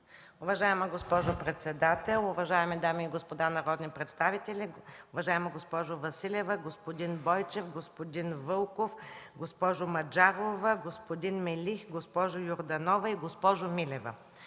уважаема госпожо председател. Уважаеми дами и господа народни представители! Уважаема госпожо Василева, господин Бойчев, господин Вълков, госпожо Маджарова, господин Мелих, госпожо Йорданова и госпожо Милева!